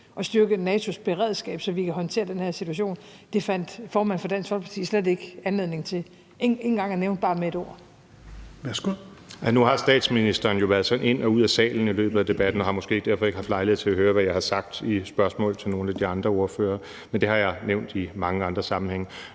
og styrke NATO's beredskab, så vi kan håndtere den her situation. Det fandt formanden for Dansk Folkeparti slet ikke anledning til at nævne med bare ét ord. Kl. 16:00 Fjerde næstformand (Rasmus Helveg Petersen): Værsgo. Kl. 16:00 Morten Messerschmidt (DF): Nu har statsministeren jo været sådan ind og ud af salen i løbet af debatten og har måske derfor ikke haft lejlighed til at høre, hvad jeg har sagt i spørgsmål til nogle af de andre partiledere. Men det har jeg nævnt i mange andre sammenhænge.